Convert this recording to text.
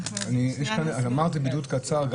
אמרת בידוד קצר,